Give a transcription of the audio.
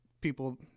people